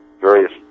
various